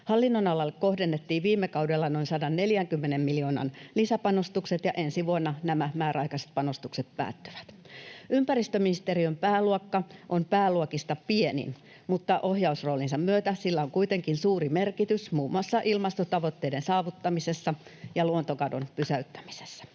Hallinnonalalle kohdennettiin viime kaudella noin 140 miljoonan lisäpanostukset, ja ensi vuonna nämä määräaikaiset panostukset päättyvät. Ympäristöministeriön pääluokka on pääluokista pienin, mutta ohjausroolinsa myötä sillä on kuitenkin suuri merkitys muun muassa ilmastotavoitteiden saavuttamisessa ja luontokadon pysäyttämisessä.